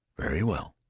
very well!